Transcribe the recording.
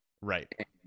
Right